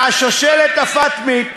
והשושלת הפאטמית.